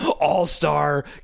all-star